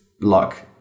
luck